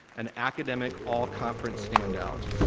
an academic, all conference standout.